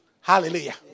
Hallelujah